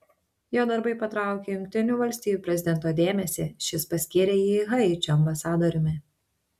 jo darbai patraukė jungtinių valstijų prezidento dėmesį šis paskyrė jį haičio ambasadoriumi